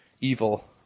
evil